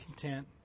content